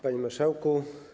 Panie Marszałku!